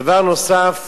דבר נוסף,